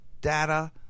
data